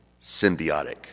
symbiotic